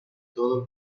todo